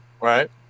Right